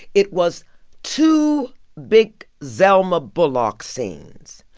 it was two big zelma bullock scenes.